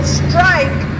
strike